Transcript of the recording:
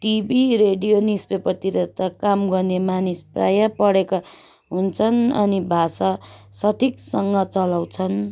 TV radio न्युजपेपरतिर त काम गर्ने मानिस प्राय पढेका हुन्छन् अनि भाषा सठिकसँग चलाउँछन्